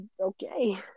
Okay